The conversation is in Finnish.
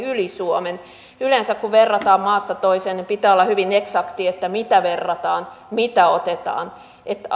yli suomen yleensä kun verrataan maasta toiseen niin pitää olla hyvin eksakti siinä mitä verrataan mitä otetaan